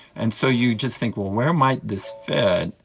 and so you just think, well, where might this fit?